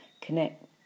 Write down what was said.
connect